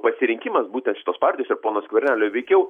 pasirinkimas būtent šitos partijos ir pono skvernelio veikiau